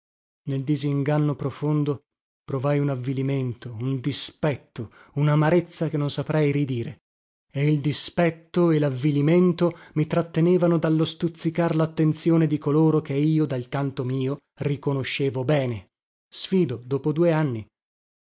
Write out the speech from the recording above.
nel disinganno profondo provai un avvilimento un dispetto unamarezza che non saprei ridire e il dispetto e lavvilimento mi trattenevano dallo stuzzicar lattenzione di coloro che io dal canto mio riconoscevo bene sfido dopo due anni